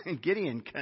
Gideon